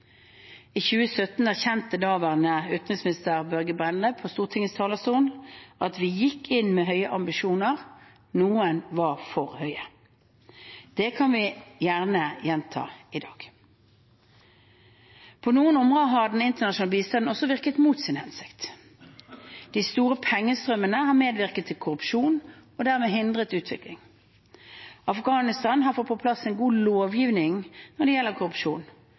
I 2017 erkjente daværende utenriksminister Børge Brende på Stortingets talerstol at vi gikk inn «med høye ambisjoner. Noen har vært for høye». Det kan vi gjerne gjenta i dag. På noen områder har den internasjonale bistanden også virket mot sin hensikt. De store pengestrømmene har medvirket til korrupsjon og dermed hindret utvikling. Afghanistan har fått på plass en god lovgivning når det gjelder korrupsjon,